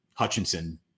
Hutchinson